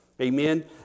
Amen